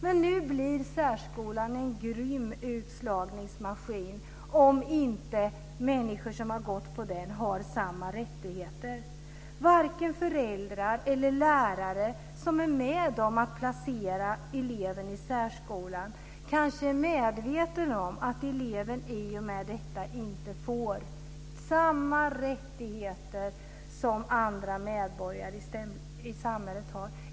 Men nu blir särskolan en grym utslagningsmaskin om inte människor som har gått i den har samma rättigheter som andra. Föräldrar och lärare som är med om att placera eleven i särskolan kanske inte är medvetna om att eleven i och med detta inte får samma rättigheter som andra medborgare i samhället.